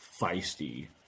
feisty